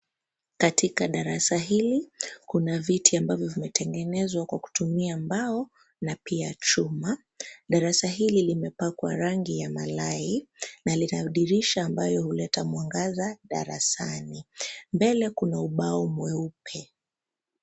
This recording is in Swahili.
Katika darasa hili kuna viti ambavyo vimetengenezwa kwa kutumia mbao na pia chuma. Darasa hili limepakwa rangi ya malai na lina dirisha ambayo huleta mwangaza darasani. Mbele kuna ubao mweupe.